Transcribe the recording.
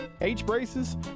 H-braces